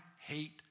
hate